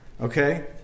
Okay